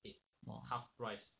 !wah!